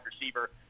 receiver